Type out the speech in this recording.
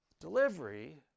Delivery